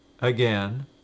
again